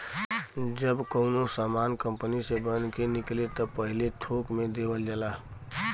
जब कउनो सामान कंपनी से बन के निकले त पहिले थोक से देवल जाला